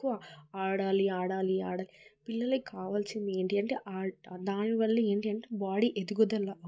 ఎక్కువ ఆడాలి ఆడాలి ఆడాలి పిల్లలకి కావాల్సింది ఏంటి అంటే ఆట దానివల్ల ఏంటి అంటే బాడీ ఎదుగుదల అవుతుంది